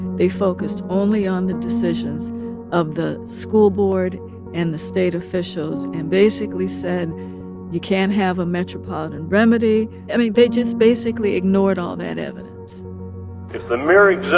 they focused only on the decisions of the school board and the state officials and basically said you can't have a metropolitan remedy. i mean, they just basically ignored all that evidence the mere yeah